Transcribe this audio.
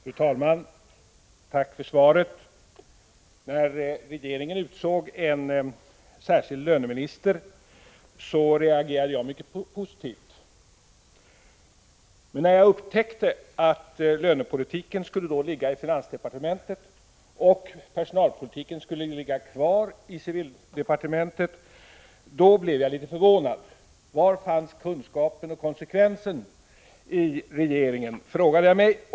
Fru talman! Tack för svaret. När regeringen utsåg en särskild löneminister reagerade jag mycket positivt. Men när jag upptäckte att lönepolitiken skulle sortera under finansdepartementet och personalpolitiken under civildepartementet blev jag litet förvånad. Var fanns kunskapen och konsekvensen i regeringen, frågade jag mig.